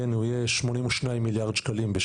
בשנה הבאה הוא יהיה 82 מיליארד שקלים,